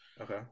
Okay